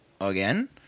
again